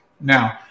now